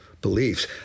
beliefs